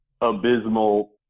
abysmal